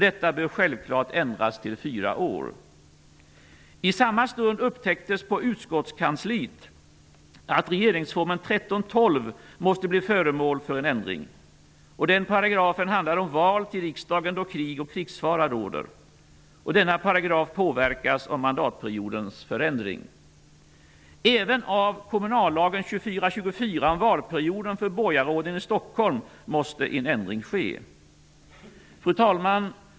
Detta bör självfallet ändras till fyra år. I samma stund upptäcktes på utskottskansliet att 13 kap. 12 § regeringsformen måste bli föremål för en ändring. Den paragrafen handlar om val till riksdagen då krig och krigsfara råder. Denna paragraf påverkas av mandatperiodens förlängning. Även av 24 kap. 24 § kommunallagen om valperioden för borgarråden i Stockholm måste en ändring ske. Fru talman!